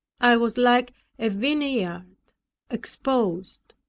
i was like a vineyard exposed,